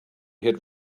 hit